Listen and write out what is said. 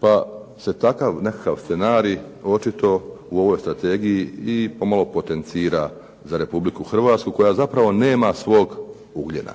pa se takav nekakav scenarij očito u ovoj strategiji i pomalo potencira za Republiku Hrvatsku koja zapravo nema svog ugljena.